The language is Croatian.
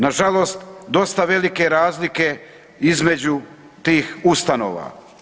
Nažalost, dosta velike razlike između tih ustanova.